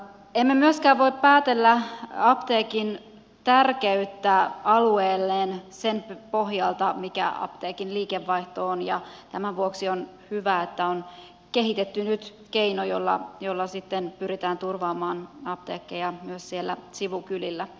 emme myöskään voi päätellä apteekin tärkeyttä alueelleen sen pohjalta mikä apteekin liikevaihto on ja tämän vuoksi on hyvä että on kehitetty nyt keino jolla pyritään turvaamaan apteekkeja myös siellä sivukylillä